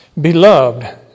Beloved